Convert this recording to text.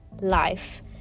life